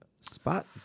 spot